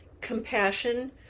compassion